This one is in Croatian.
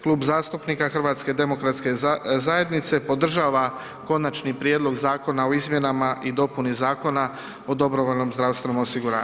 Klub zastupnika HDZ-a podržava Konačni prijedlog zakona o izmjenama i dopuni Zakona o dobrovoljnom zdravstvenom osiguranju.